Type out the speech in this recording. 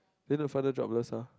then the father jobless ah